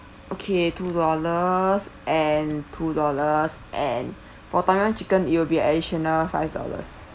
okay two dollars and two dollars and for tom yum chicken it'll be additional five dollars